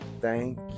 thank